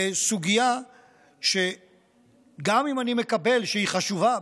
בסוגיה שגם אם אני מקבל שהיא חשובה,